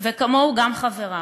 וכמוהו גם חבריו.